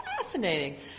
fascinating